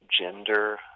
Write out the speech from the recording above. gender